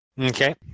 Okay